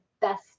best